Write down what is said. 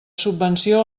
subvenció